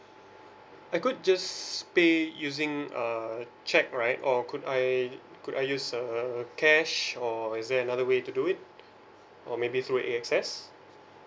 I could just pay using err cheque right or could I could I use err cash or is there another way to do it or maybe through A X S